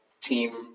team